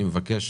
אני מבקש